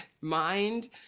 mind